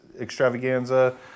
extravaganza